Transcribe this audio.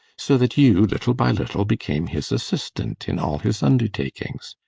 so that you, little by little, became his assistant in all his undertakings?